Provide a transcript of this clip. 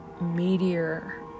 meteor